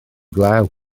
glaw